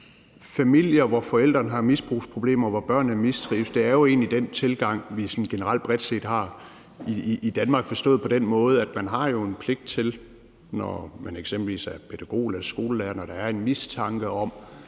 familier, hvor forældrene har misbrugsproblemer, og hvor børnene mistrives, på, er jo egentlig den tilgang, vi sådan generelt, bredt set har i Danmark, forstået på den måde, at man jo har en pligt til, når man eksempelvis er pædagog eller skolelærer og der er en mistanke om,